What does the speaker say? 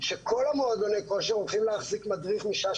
שכל מועדוני הכושר הולכים להחזיק מדריך משעה